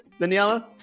daniela